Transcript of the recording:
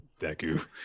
Deku